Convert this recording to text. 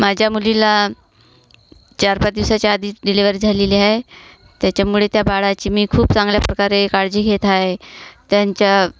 माझ्या मुलीला चार पाच दिवसाच्या आधीच डिलेवरी झालेली आहे त्याच्यामुळे त्या बाळाची मी खूप चांगल्या प्रकारे काळजी घेत आहे त्यांच्या